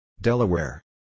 Delaware